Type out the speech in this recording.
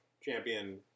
champion